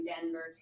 denver